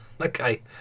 okay